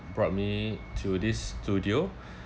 brought me to this studio